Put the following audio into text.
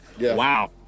wow